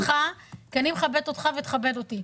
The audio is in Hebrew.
אני עוצרת אותך כי אני מכבדת אותך ותכבד אותי.